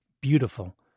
beautiful